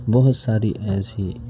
بہت ساری ایسی